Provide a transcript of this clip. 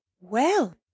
Well